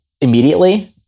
immediately